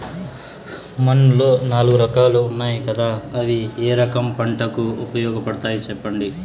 మన్నులో నాలుగు రకాలు ఉన్నాయి కదా అవి ఏ రకం పంటలకు ఉపయోగపడతాయి చెప్పండి?